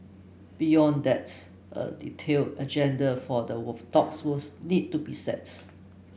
beyond that a detailed agenda for the talks will need to be set